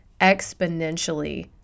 exponentially